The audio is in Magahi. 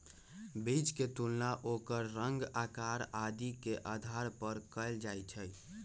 बीज के तुलना ओकर रंग, आकार आदि के आधार पर कएल जाई छई